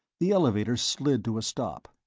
the elevator slid to a stop.